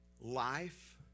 Life